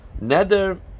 Nether